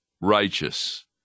righteous